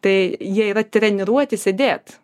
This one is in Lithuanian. tai jie yra treniruoti sėdėt